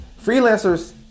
freelancers